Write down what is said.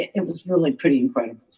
it was really pretty incredible.